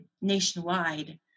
nationwide